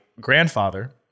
grandfather